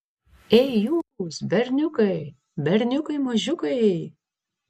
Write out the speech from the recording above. ei jūs berniukai berniukai mažiukai